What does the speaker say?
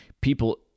people